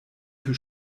für